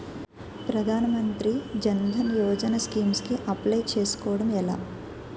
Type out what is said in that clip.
ప్రధాన మంత్రి జన్ ధన్ యోజన స్కీమ్స్ కి అప్లయ్ చేసుకోవడం ఎలా?